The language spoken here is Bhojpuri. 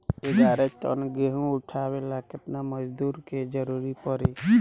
ग्यारह टन गेहूं उठावेला केतना मजदूर के जरुरत पूरी?